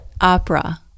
opera